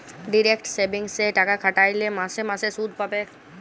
direct সেভিংসে টাকা খ্যাট্যাইলে মাসে মাসে সুদ পাবেক